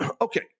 Okay